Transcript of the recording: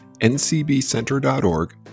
ncbcenter.org